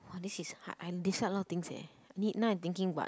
oh this is hard I dislike a lot of things leh need now I thinking but